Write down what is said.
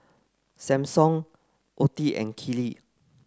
Sampson Ottie and Keely